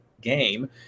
game